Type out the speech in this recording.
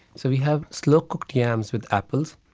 so we have slow cooked yams with apples,